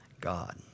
God